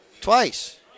Twice